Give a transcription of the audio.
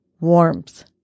warmth